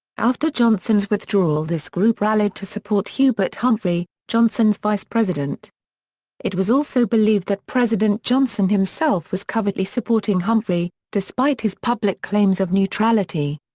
after johnson's withdrawal this group rallied to support hubert humphrey, johnson's vice-president it was also believed that president johnson himself was covertly supporting humphrey, despite his public claims of neutrality.